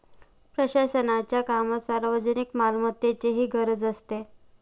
प्रशासनाच्या कामात सार्वजनिक मालमत्तेचीही गरज असते